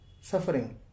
suffering